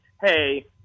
hey